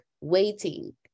waiting